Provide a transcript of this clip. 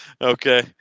Okay